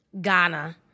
Ghana